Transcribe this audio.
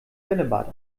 bällebad